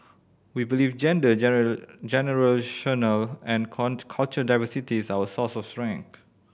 we believe gender generational and can't cultural diversity is our source of strength